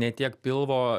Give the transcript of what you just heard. ne tiek pilvo